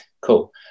Cool